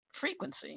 frequency